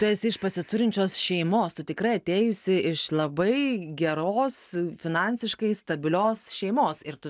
tu esi iš pasiturinčios šeimos tu tikrai atėjusi iš labai geros finansiškai stabilios šeimos ir tu